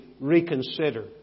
reconsider